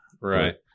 Right